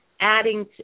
adding